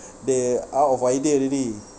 they out of idea already